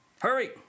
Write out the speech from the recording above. Hurry